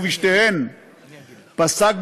ובשתיהן פסק,